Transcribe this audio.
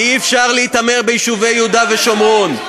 אי-אפשר להתעמר ביישובי יהודה ושומרון.